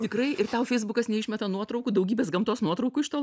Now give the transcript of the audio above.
tikrai ir tau feisbukas neišmeta nuotraukų daugybės gamtos nuotraukų iš to